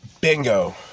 bingo